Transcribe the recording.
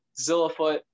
Zillafoot